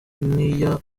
n’iya